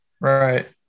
Right